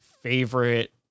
favorite